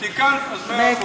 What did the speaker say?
תיקנת, אז מאה אחוז.